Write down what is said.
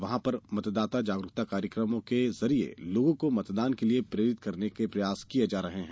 वहां पर मतदाता जागरूकता कार्यकमों के जरिए लोगों को मतदान के लिए प्रेरित करने के प्रयास किये जा रहे हैं